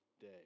day